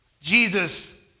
Jesus